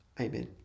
Amen